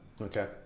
Okay